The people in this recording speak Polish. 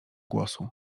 głosu